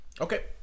Okay